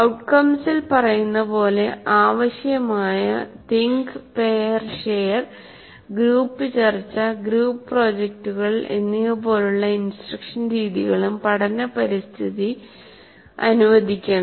ഔട്ട്കംസിൽ പറയുന്ന പോലെ ആവശ്യമായ തിങ്ക് പെയർ ഷെയർ ഗ്രൂപ്പ് ചർച്ച ഗ്രൂപ്പ് പ്രോജക്ടുകൾ എന്നിവപോലുള്ള ഇൻസ്ട്രക്ഷൻ രീതികളും പഠന പരിതസ്ഥിതി അനുവദിക്കണം